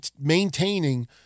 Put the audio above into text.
maintaining